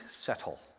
settle